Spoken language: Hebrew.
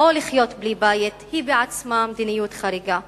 או לחיות בלי בית, היא בעצמה מדיניות חריגה.